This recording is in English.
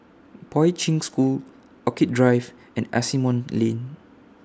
Poi Ching School Orchid Drive and Asimont Lane